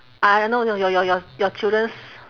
I I know know your your your your children's